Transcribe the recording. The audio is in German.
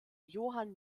johann